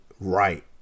right